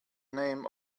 name